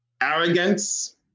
arrogance